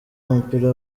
w’umupira